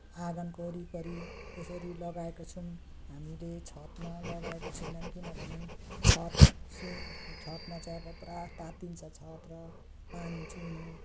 आँगनको वरिपरि त्यसरी लगाएको छौँ हामीले छतमा लगाएका छैनौँ किनभने छत सु छतमा चाहिँ अब पुरा तात्तिन्छ छत र पानी चुहिने